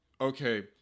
okay